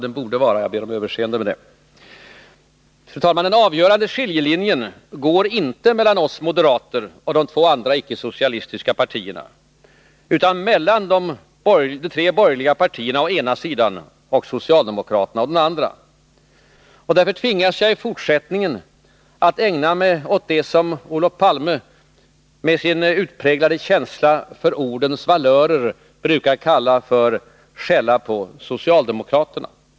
Den avgörande skiljelinjen går emellertid inte mellan oss moderater och de två icke-socialistiska partierna utan mellan de tre borgerliga partierna å ena sidan och socialdemokraterna å den andra. Jag tvingas därför att i fortsättningen ägna mig åt det som Olof Palme, med sin utpräglade känsla för ordens valörer, brukar kalla ”skäll på socialdemokraterna”.